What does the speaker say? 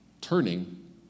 turning